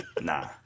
nah